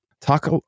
talk